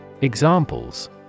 Examples